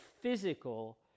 physical